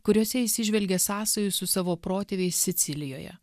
kuriose jis įžvelgia sąsajų su savo protėviais sicilijoje